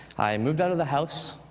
i moved out of the house,